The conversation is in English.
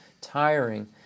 tiring